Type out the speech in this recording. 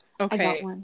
Okay